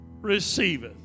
receiveth